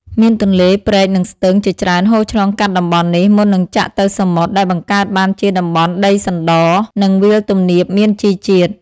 មានទន្លេ ព្រែក និងស្ទឹង ជាច្រើនហូរឆ្លងកាត់តំបន់នេះ មុននឹងចាក់ទៅសមុទ្រ ដែលបង្កើតបានជាតំបន់ដីសណ្ដ និងវាលទំនាបមានជីជាតិ។